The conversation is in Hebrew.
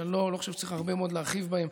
שאני לא חושב שצריך הרבה מאוד להרחיב בהם,